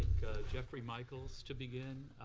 jeffrey michaels to begin.